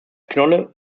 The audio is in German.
knolle